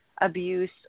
abuse